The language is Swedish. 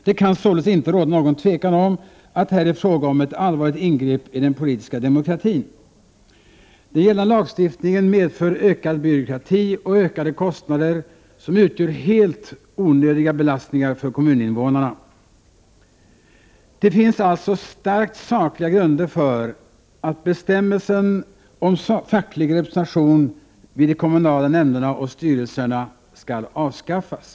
Det kan således inte råda något tvivel om att det här är fråga om ett allvarligt ingrepp i den politiska demokratin. Den gällande lagstiftningen medför ökad byråkrati och ökade kostnader, som utgör helt onödiga belastningar för kommuninnevånarna. Det finns alltså starkt sakliga grunder för att bestämmelsen om facklig representation i de kommunala nämnderna och styrelserna skall avskaffas.